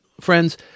friends